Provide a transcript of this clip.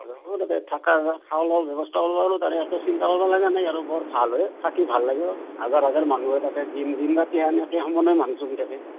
বৰ ভাল হয় থাকি ভাল লাগিব হাজাৰ হাজাৰ মানুহে তাতে দিন ৰাতি তেনেকৈ